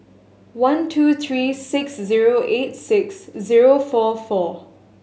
one two three six zero eight six zero four four